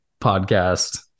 podcast